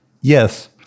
Yes